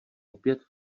opět